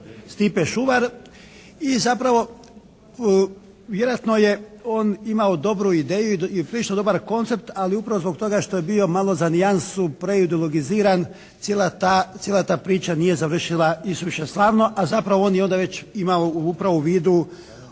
Stipe Šuvar. I zapravo vjerojatno je on imao dobru ideju i prilično dobar koncept, ali upravo zbog toga što je bio malo za nijansu preideologiziran cijela ta, cijela ta priča nije završila isuviše slavno, a zapravo on je onda već imao upravo u vidu